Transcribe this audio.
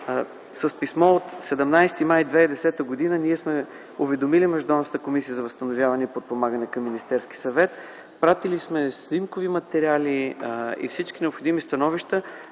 С писмо от 17 май 2010 г. ние сме уведомили Междуведомствената комисия за възстановяване и подпомагане към Министерския съвет, пратили сме снимкови материали и всички необходими становища.